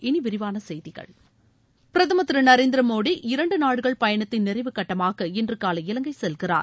இனி விரிவான செய்திகள் பிரதமர் திரு நரேந்திர மோடி இரண்டு நாடுகள் பயணத்தின் நிறைவு கட்டமாக இன்றுகாலை இலங்கை செல்கிறார்